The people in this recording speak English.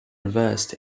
reversed